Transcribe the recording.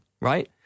right